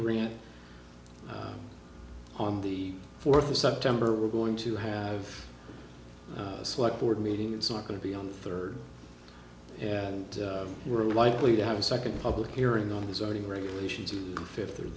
grant on the fourth of september we're going to have a select board meeting it's not going to be on the third and we're likely to have a second public hearing on this already regulations in the fifth or